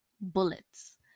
bullets